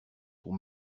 pour